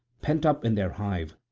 pent up in their hive,